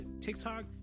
TikTok